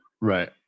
Right